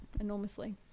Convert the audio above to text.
enormously